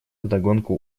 вдогонку